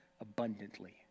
abundantly